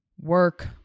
Work